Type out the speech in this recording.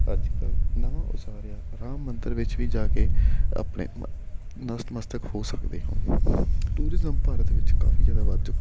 ਅੱਜ ਕੱਲ੍ਹ ਨਵਾਂ ਉਸਾਰਿਆ ਰਾਮ ਮੰਦਰ ਵਿੱਚ ਵੀ ਜਾ ਕੇ ਆਪਣੇ ਨਤਮਸਤਕ ਹੋ ਸਕਦੇ ਹੋ ਟੂਰਿਜ਼ਮ ਭਾਰਤ ਵਿੱਚ ਕਾਫੀ ਜ਼ਿਆਦਾ ਵੱਧ ਚੁੱਕਾ